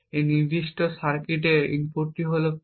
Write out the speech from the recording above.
এই নির্দিষ্ট সার্কিটের ইনপুটটি হল P